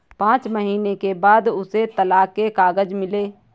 पांच महीने के बाद उसे तलाक के कागज मिले